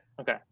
Okay